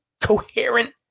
coherent